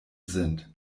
sind